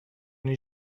n’ai